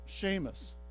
Seamus